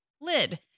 lid